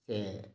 के